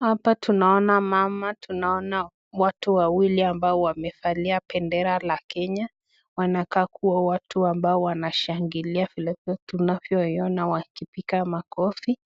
Hapa tunaona mama, tunaona watu wawili ambao wamevalia bendera ya Kenya. Wanakaa kuwa watu ambao wanashangilia vile tunavyoiona wakipiga makofi.